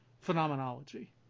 phenomenology